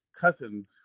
cousins